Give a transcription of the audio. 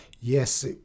yes